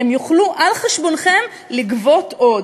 הן יוכלו על חשבונכם לגבות עוד.